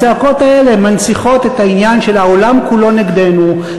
הצעקות האלה מנציחות את העניין של "העולם כולו נגדנו",